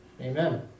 Amen